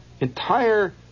entire